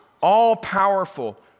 all-powerful